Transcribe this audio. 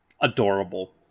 adorable